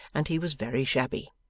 and he was very shabby.